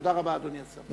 תודה רבה, אדוני השר.